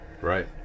Right